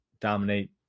dominate